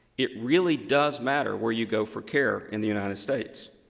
it really does matter where you go for care in the united states.